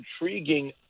intriguing